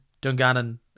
Dungannon